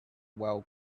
well